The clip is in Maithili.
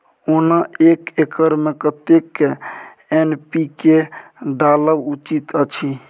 ओना एक एकर मे कतेक एन.पी.के डालब उचित अछि?